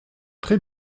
très